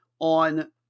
on